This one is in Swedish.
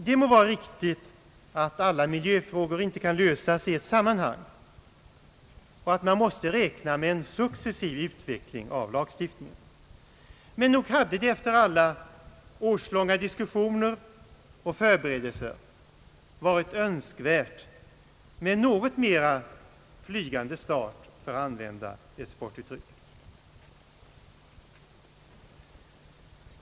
Det må vara riktigt att alla miljöfrågor inte kan lösas i ett sammanhang och att man måste räkna med en successiv utveckling av lagstiftningen. Men nog hade det efter alla årslånga diskussioner och förberedelser varit önskvärt med en något mera »flygande start», för att använda ett sportuttryck.